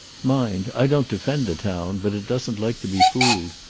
mind, i don't defend the town, but it doesn't like to be fooled.